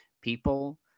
people